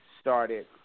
started